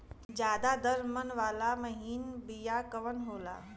ज्यादा दर मन वाला महीन बिया कवन होला?